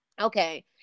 Okay